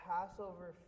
Passover